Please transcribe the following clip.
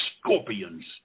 scorpions